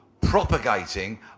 propagating